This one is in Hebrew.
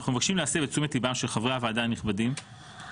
אנחנו מבקשים להסב את תשומת ליבם של חברי הוועדה הנכבדים להשלכות